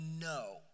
no